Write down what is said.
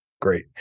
Great